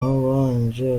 wabanje